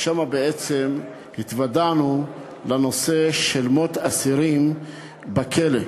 שם בעצם התוודענו לנושא של מות אסירים בכלא.